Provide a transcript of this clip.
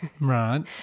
Right